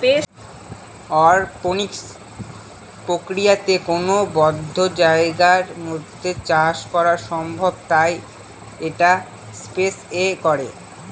অরপনিক্স প্রক্রিয়াতে কোনো বদ্ধ জায়গার মধ্যে চাষ করা সম্ভব তাই এটা স্পেস এ করে